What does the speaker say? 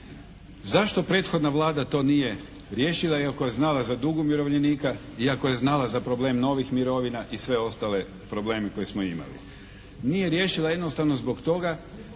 Zašto prethodna Vlada to nije riješila iako je znala za dug umirovljenika, iako je znala za problem novih mirovina i sve ostale probleme koje smo imali. Nije riješila jednostavno zbog toga